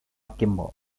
kimball